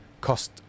cost